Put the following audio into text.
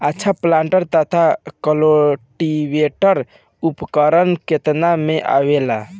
अच्छा प्लांटर तथा क्लटीवेटर उपकरण केतना में आवेला?